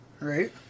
Right